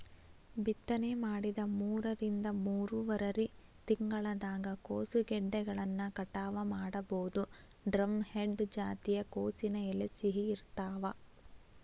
ಬಿತ್ತನೆ ಮಾಡಿದ ಮೂರರಿಂದ ಮೂರುವರರಿ ತಿಂಗಳದಾಗ ಕೋಸುಗೆಡ್ಡೆಗಳನ್ನ ಕಟಾವ ಮಾಡಬೋದು, ಡ್ರಂಹೆಡ್ ಜಾತಿಯ ಕೋಸಿನ ಎಲೆ ಸಿಹಿ ಇರ್ತಾವ